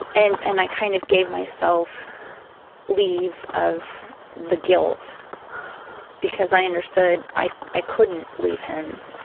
and, and i kind of gave myself leave of the guilt because i understood i i couldn't leave him.